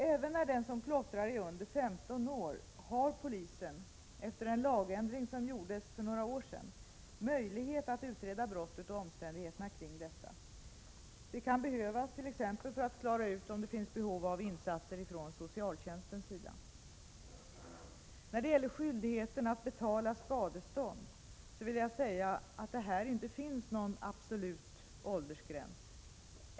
Även när den som klottrar är under 15 år har polisen — efter en lagändring som gjordes för några år sedan — möjlighet att utreda brottet och omständigheterna kring detta. Det kan behövas t.ex. för att klara ut om det finns behov av insatser från socialtjänstens sida. När det gäller skyldigheten att betala skadestånd vill jag säga att det här inte finns någon absolut åldersgräns.